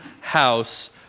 house